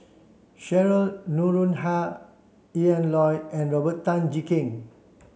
Sheryl Noronha Yan Loy and Robert Tan Jee Keng